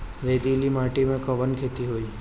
रेतीली माटी में कवन खेती होई?